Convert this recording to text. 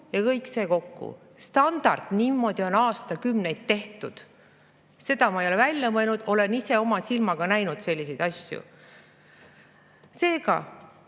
Kõik see kokku on standard, niimoodi on aastakümneid tehtud. Seda ei ole ma välja mõelnud, olen ise oma silmaga näinud selliseid asju. Seega,